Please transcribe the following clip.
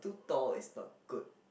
too tall is not good